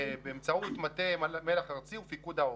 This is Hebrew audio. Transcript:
באמצעות מטה מל"ח ארצי ופיקוד העורף.